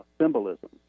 symbolism